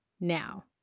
Now